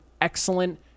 excellent